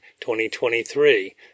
2023